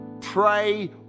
Pray